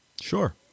Sure